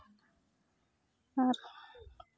ᱟᱨ